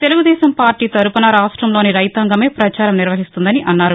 Telugu Desam party తరపున రాష్టంలోని రైతాంగమే పచారం నిర్వహిస్తుందని అన్నారు